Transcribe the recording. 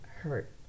hurt